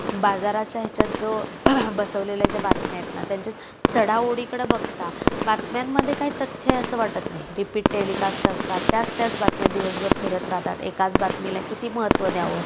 बाजाराच्या ह्याच्यात जो बसवलेल्या ज्या बातम्या आहेत ना त्यांच्या चढाओढीकडं बघता बातम्यांमध्ये काही तथ्य असं वाटत नाही रिपीट टेलिकस्ट असतात त्याच त्याच बातम्या दिवसभर फिरत राहतात एकाच बातमीला किती महत्त्व द्यावं